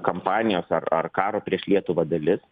kampanijos ar ar karo prieš lietuvą dalis